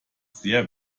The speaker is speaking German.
sehr